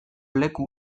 leku